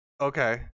Okay